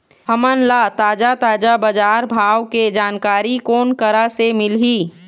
हमन ला ताजा ताजा बजार भाव के जानकारी कोन करा से मिलही?